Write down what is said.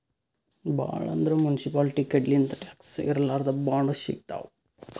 ಭಾಳ್ ಅಂದ್ರ ಮುನ್ಸಿಪಾಲ್ಟಿ ಕಡಿಲಿಂತ್ ಟ್ಯಾಕ್ಸ್ ಇರ್ಲಾರ್ದ್ ಬಾಂಡ್ ಸಿಗ್ತಾವ್